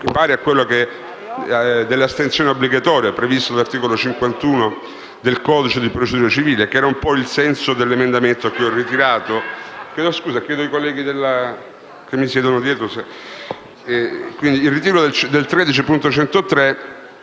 pari a quello dell'astensione obbligatoria previsto dall'articolo 51 del codice di procedura civile, che era il senso dell'emendamento che ho ritirato. Il ritiro dell'emendamento